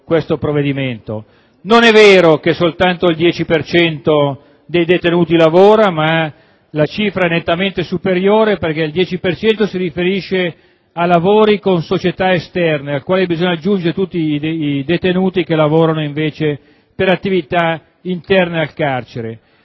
non è vero che soltanto il 10 per cento dei detenuti lavora; la cifra è nettamente superiore: il 10 per cento si riferisce a lavori con società esterne, ai quali bisogna aggiungere tutti i detenuti che lavorano invece per attività interne al carcere.